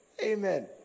Amen